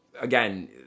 Again